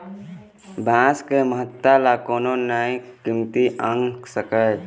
बांस के महत्ता ल कोनो नइ कमती आंक सकय